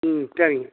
ம் சரிங்க